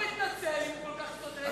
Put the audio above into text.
ולמה ראש הממשלה שולח כל מיני נציגים אחרים?